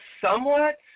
Somewhat